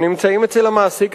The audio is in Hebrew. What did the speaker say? הם נמצאים אצל המעסיק,